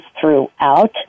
throughout